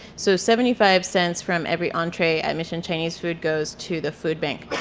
so seventy five cents from every entree at mission chinese food goes to the food bank.